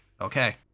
okay